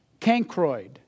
cancroid